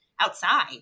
Outside